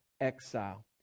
exile